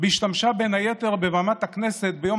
בהשתמשה בין היתר בבמת הכנסת ביום